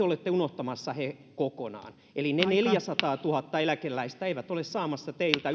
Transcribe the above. olette unohtamassa kokonaan eli ne neljäsataatuhatta eläkeläistä eivät ole saamassa teiltä